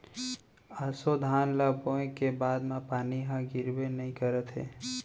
ऑसो धान ल बोए के बाद म पानी ह गिरबे नइ करत हे